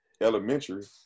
elementary